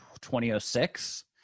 2006